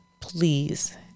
please